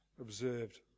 Observed